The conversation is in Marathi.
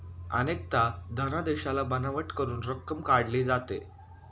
अनेकदा धनादेशाला बनावट करून रक्कम काढली जाते